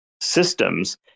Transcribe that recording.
systems